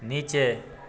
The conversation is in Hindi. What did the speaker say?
नीचे